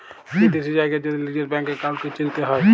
বিদ্যাশি জায়গার যদি লিজের ব্যাংক একাউল্টকে চিলতে হ্যয়